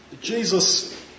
Jesus